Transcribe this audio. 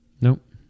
Nope